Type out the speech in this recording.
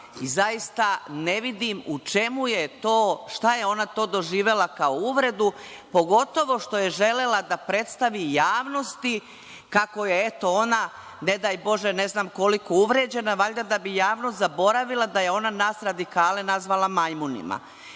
Zaista, ne vidim u čemu je to, šta je to ona doživela kao uvredu, pogotovo što je želela da predstavi javnosti kako je eto, ona, ne daj Bože ne znam koliko uvređena, valjda da bi javnost zaboravila da je ona nas radikale nazvala majmunima. Dakle,